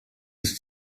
ist